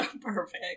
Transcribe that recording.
perfect